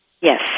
Yes